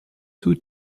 two